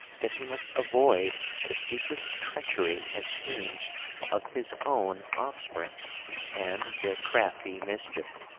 that he must avoid the secret treachery and schemes of his own offspring and their crafty mischief.